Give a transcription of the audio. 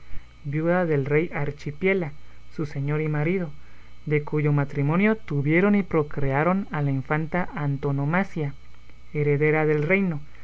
viuda del rey archipiela su señor y marido de cuyo matrimonio tuvieron y procrearon a la infanta antonomasia heredera del reino